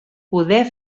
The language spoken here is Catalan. poder